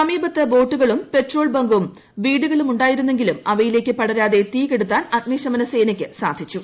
സമീപത്ത് ബോട്ടുകളും പെട്രോൾ ബങ്കും വീടുകളും ഉണ്ടായിരുന്നെങ്കിലും അവയിലേക്ക് പടരാതെ തീ കെടുത്താൻ അഗ്നിശമന സേനയ്ക്ക് സാധിച്ചു